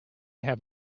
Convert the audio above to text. have